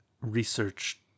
research